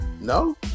No